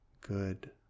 good